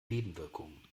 nebenwirkungen